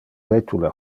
vetule